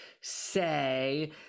say